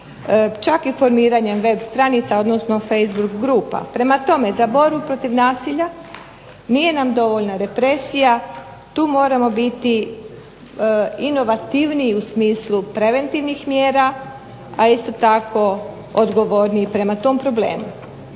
čak i formiranja web stranca odnosno facebook grupa. Prema tome, za borbu protiv nasilja nije nam dovoljna represija, tu moramo biti inovativniji u smislu preventivnih mjera, a isto tako odgovorniji prema tom problemu.